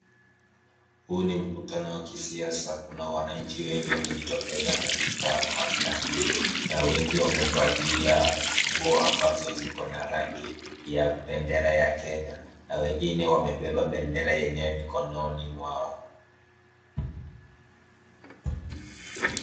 Huu ni mkutano wa kisiasa, kuna wananchi wengi wamejitokeza katika hafla hii na wengi wamevalia nguo ambazo ziko na rangi ya bendera ya Kenya na wengine wamebeba bendera yenyewe mikononi mwao.